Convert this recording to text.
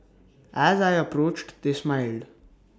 as I approached they smiled